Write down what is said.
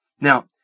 Now